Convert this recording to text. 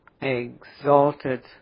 exalted